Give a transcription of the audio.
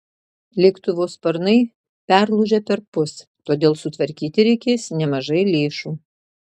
lėktuvo sparnai perlūžę perpus todėl sutvarkyti reikės nemažai lėšų